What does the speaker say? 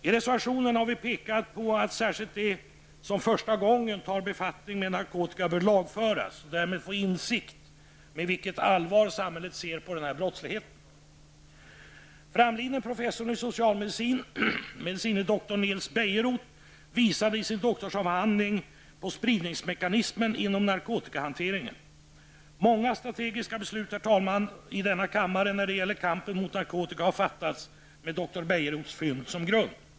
I reservationen har vi pekat på att särskilt de som första gången tar befattning med narkotika bör lagföras och därmed få insikt i det allvar med vilket samhället ser på denna brottslighet. Bejerot visade i sin doktorsavhandling på spridningsmekanismen inom narkotikahanteringen. Många strategiska beslut i denna kammare när det gäller kampen mot narkotikan har fattats med dr Bejerots fynd som grund.